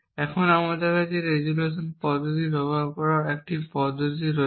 এখন আমাদের কাছে রেজোলিউশন পদ্ধতি ব্যবহার করার একটি পদ্ধতি রয়েছে